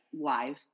live